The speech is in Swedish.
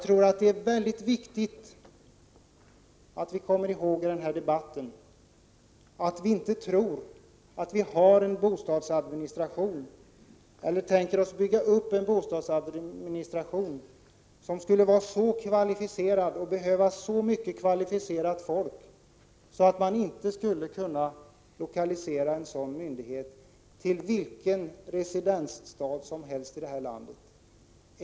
Det är mycket viktigt att komma ihåg i den här debatten att vi inte skall tro att vi har eller är på väg att bygga upp en bostadsadministration som skulle vara så kvalificerad och behöva så mycket kvalificerat folk att man inte skulle kunna lokalisera en sådan myndighet till vilken residensstad som helst i detta land.